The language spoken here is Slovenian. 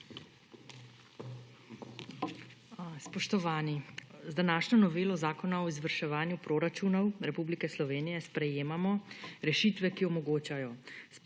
Spoštovani! Z današnjo novelo zakona o izvrševanju proračunov Republike Slovenije sprejemamo rešitve, ki omogočajo